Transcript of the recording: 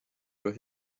were